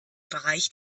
bereich